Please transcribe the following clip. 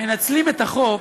מנצלים את החוק